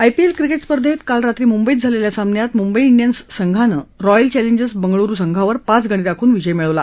IPL cricket स्पर्धेत काल रात्री मुंबईत झालेल्या सामन्यात मुंबई डियन्स संघान रॉयल चॅलेंजर्स बंगळूरु संघावर पाच गडी राखून विजय मिळवला